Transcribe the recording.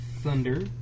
thunder